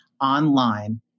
online